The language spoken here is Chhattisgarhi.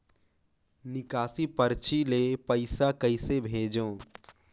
निकासी परची ले पईसा कइसे भेजों?